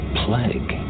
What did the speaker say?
plague